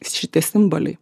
šitie simboliai